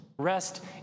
Rest